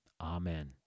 Amen